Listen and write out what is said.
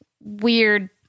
weird